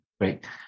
Great